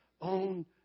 own